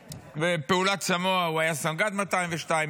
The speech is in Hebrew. בפעולת סמוע הוא היה מג"ד 202,